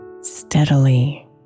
steadily